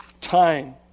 time